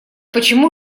почему